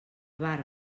barb